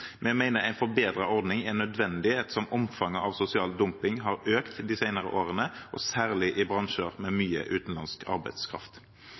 Vi mener at en forbedret ordning er nødvendig, ettersom omfanget av sosial dumping har økt de senere årene, særlig i bransjer med mye utenlandsk arbeidskraft.